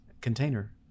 container